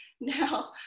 now